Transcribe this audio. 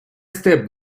step